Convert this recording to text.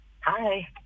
Hi